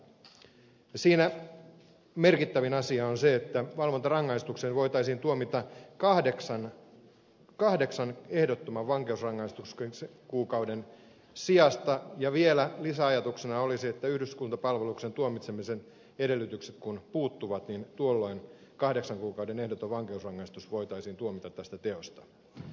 siinä merkittävin asia on se että valvontarangaistukseen voitaisiin tuomita kahdeksan ehdottoman vankeusrangaistuskuukauden sijasta ja vielä lisäajatuksena olisi että kun yhdyskuntapalveluksen tuomitsemisen edellytykset puuttuvat niin tuolloin kahdeksan kuukauden ehdoton vankeusrangaistus voitaisiin tuomita tästä teosta